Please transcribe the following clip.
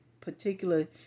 particular